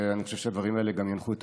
ואני חושב שהדברים האלה גם ינחו את